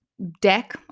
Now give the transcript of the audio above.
deck